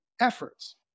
efforts